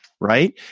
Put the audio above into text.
right